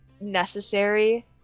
Necessary